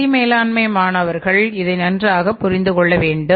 நிதி மேலாண்மை மாணவர்கள் இதை நன்றாக புரிந்து கொள்ள வேண்டும்